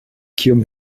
kiom